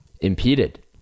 impeded